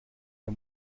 der